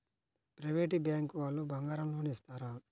Private bank వాళ్ళు బంగారం loan ఇస్తారా?